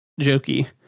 jokey